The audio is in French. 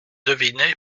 deviné